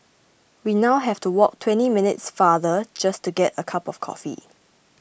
we now have to walk twenty minutes farther just to get a cup of coffee